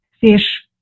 fish